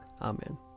Amen